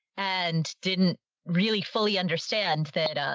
and didn't really fully understand that,